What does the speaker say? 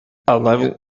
eleven